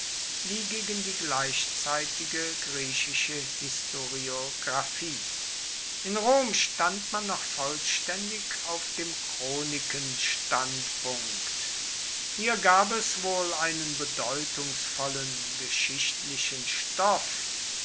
wie gegen die gleichzeitige griechische historiographie in rom stand man noch vollständig auf dem chronikenstandpunkt hier gab es wohl einen bedeutungsvollen geschichtlichen stoff